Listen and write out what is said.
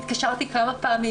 התקשרתי כמה פעמים,